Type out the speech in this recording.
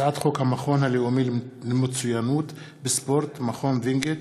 הצעת חוק המכון הלאומי למצוינות בספורט (מכון וינגייט),